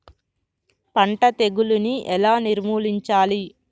పంట తెగులుని ఎలా నిర్మూలించాలి?